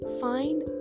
find